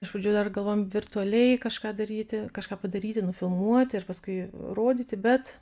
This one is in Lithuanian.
iš pradžių dar galvojom virtualiai kažką daryti kažką padaryti nufilmuoti ir paskui rodyti bet